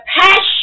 passion